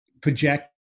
project